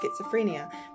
schizophrenia